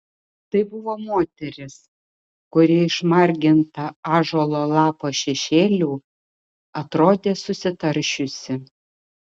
tai buvo moteris kuri išmarginta ąžuolo lapo šešėlių atrodė susitaršiusi